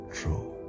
true